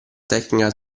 tecnica